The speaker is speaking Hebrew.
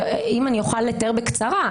אם אוכל לתאר בקצרה,